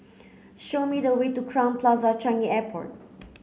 show me the way to Crowne Plaza Changi Airport